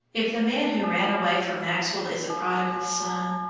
if the man who ran away from maxwell is a prodigal son,